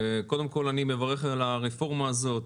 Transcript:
קודם כל אני מברך על הרפורמה הזאת,